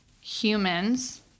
humans